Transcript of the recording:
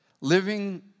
Living